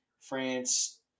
France